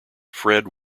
fred